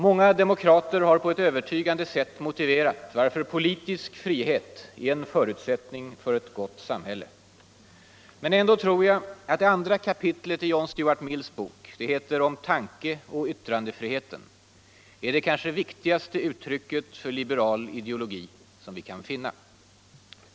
Många demokrater har på ett övertygande sätt motiverat varför politisk frihet är en förutsättning för ett gott samhälle. Men ändå tror jag att det andra kapitlet i John Stuart Mills bok — det heter Om tanke och yttrandefriheten — är det kanske viktigaste uttrycket för liberal ideologi som vi kan finna.